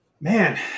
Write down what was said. Man